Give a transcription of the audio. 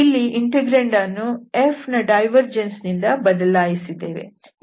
ಇಲ್ಲಿ ಇಂಟೆಗ್ರಾಂಡ್ ಅನ್ನು F ನ ಡೈವರ್ಜೆನ್ಸ್ ನಿಂದ ಬದಲಾಯಿಸಿದ್ದೇವೆ